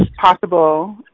possible